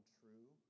true